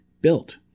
built